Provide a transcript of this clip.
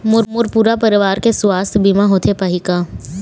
मोर पूरा परवार के सुवास्थ बीमा होथे पाही का?